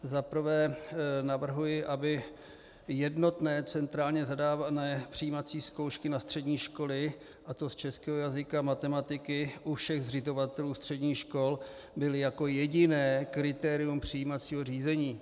Za prvé navrhuji, aby jednotné centrálně zadávané přijímací zkoušky na střední školy, a to z českého jazyka a matematiky, byly u všech zřizovatelů středních škol jako jediné kritérium přijímacího řízení.